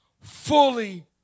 fully